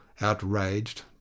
outraged